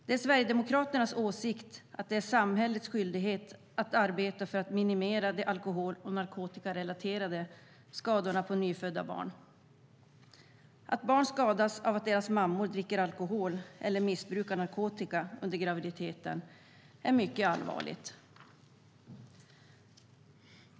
Det är Sverigedemokraternas åsikt att det är samhällets skyldighet att arbeta för att minimera de alkohol och narkotikarelaterade skadorna på nyfödda barn. Att barn skadas av att deras mammor dricker alkohol eller missbrukar narkotika under graviditeten är mycket allvarligt.